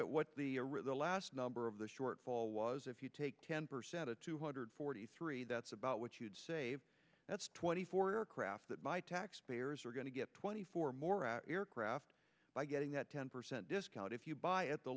at what the last number of the shortfall was if you take ten percent to two hundred forty three that's about what you'd save that's twenty four aircraft by taxpayers are going to get twenty four more aircraft by getting that ten percent discount if you buy at the